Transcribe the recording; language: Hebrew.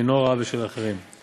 עינו רעה בשל אחרים,